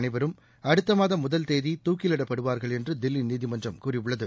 அனைவரும் அடுத்த மாதம் முதல் தேதி தூக்கிலிடப்படுவார்கள் என்று தில்லி நீதிமன்றம் கூறியுள்ளது